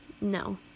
No